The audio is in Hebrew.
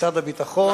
משרד הביטחון.